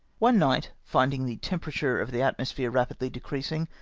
one night, finding the temperature of the atmosphere rapidly decreasing,